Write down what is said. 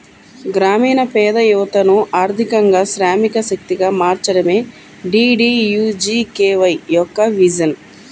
గ్రామీణ పేద యువతను ఆర్థికంగా శ్రామిక శక్తిగా మార్చడమే డీడీయూజీకేవై యొక్క విజన్